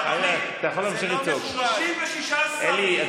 21:16.)